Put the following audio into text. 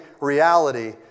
reality